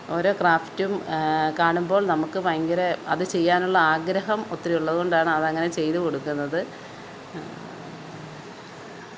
ഓരോ ക്രാഫ്റ്റും കാണുമ്പോൾ നമുക്ക് ഭയങ്കര അതുചെയ്യാനുള്ള ആഗ്രഹം ഒത്തിരി ഉള്ളതുകൊണ്ടാണ് അതങ്ങനെ ചെയ്തുകൊടുക്കുന്നത്